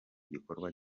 gikorwa